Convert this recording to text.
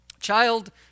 Child